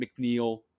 McNeil